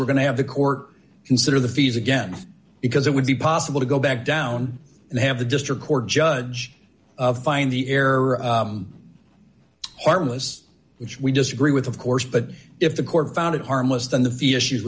were going to have the court consider the fees again because it would be possible to go back down and have the district court judge of find the error harmless which we disagree with of course but if the court found it harmless then the via shoes